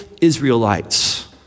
Israelites